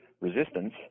resistance